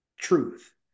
truth